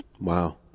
Wow